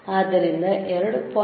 ಆದ್ದರಿಂದ 2